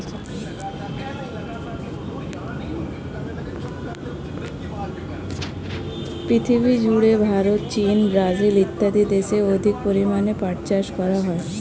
পৃথিবীজুড়ে ভারত, চীন, ব্রাজিল ইত্যাদি দেশে অধিক পরিমাণে পাট চাষ করা হয়